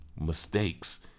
mistakes